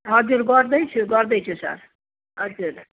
हजुर गर्दैछु गर्दैछु सर हजुर